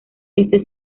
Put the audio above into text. este